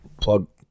plug